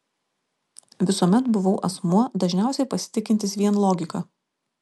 visuomet buvau asmuo dažniausiai pasitikintis vien logika